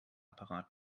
apparat